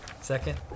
Second